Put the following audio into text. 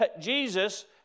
Jesus